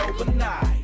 overnight